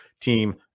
team